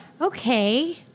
Okay